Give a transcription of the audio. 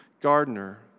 gardener